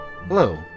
Hello